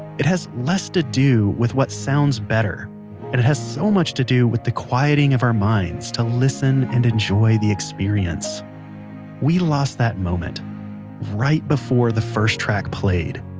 it has less to do with what sounds better and it has so much to do with the quieting of our minds to listen and enjoy the experience we lost that moment right before the first track played.